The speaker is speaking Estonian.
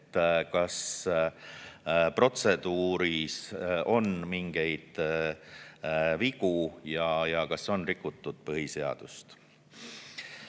kas protseduuris on mingeid vigu ja kas on rikutud põhiseadust.